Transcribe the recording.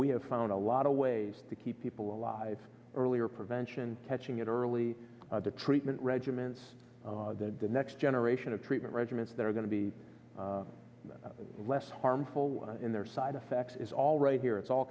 we have found a lot of ways to keep people alive earlier prevention catching it early treatment regiments the next generation of treatment regimens that are going to be less harmful in their side effects is already here it's all